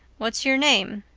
what's your name?